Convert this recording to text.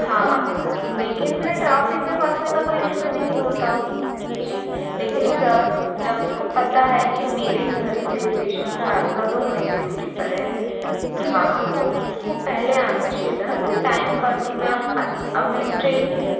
हाँ लेकिन मेरा ट्राफ़िक में फसने का कोई रीज़न ही नहीं होता जी लेकिन सर जब उस को पता है कि मेरे घर से स्टेशन का रास्ता दो घंटे दूरी पर है हाँ तो उसको पहले आना चाहिए था ना मतलब टाइम पर तो मैं अब अच् अब मेरी ट्रेन